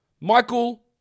Michael